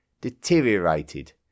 deteriorated